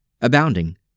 abounding